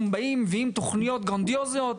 אנחנו מביאים תוכניות גרנדיוזיות,